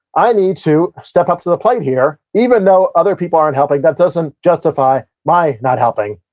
i need to step up to the plate here. even though other people aren't helping, that doesn't justify my not helping.